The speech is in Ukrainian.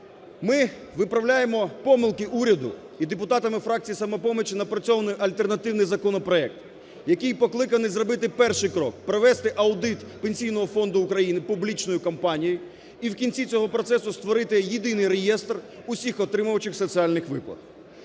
Ми виправляємо помилки уряду і депутатами фракції "Самопомочі" напрацьовано альтернативний законопроект, який покликаний зробити перший крок, провести аудит Пенсійного фонду України публічною компанією і в кінці цього процесу створити єдиний реєстр усіх отримувачів соціальних виплат.